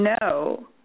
no